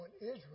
Israel